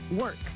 WORK